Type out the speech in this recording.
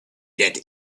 that